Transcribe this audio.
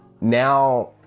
now